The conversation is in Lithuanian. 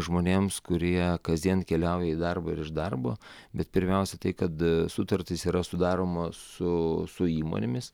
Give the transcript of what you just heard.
žmonėms kurie kasdien keliauja į darbą ir iš darbo bet pirmiausia tai kad sutartys yra sudaromos su su įmonėmis